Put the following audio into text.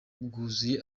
bwuzuye